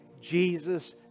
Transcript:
Jesus